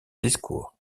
discours